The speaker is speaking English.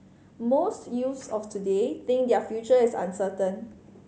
most youths of today think their future is uncertain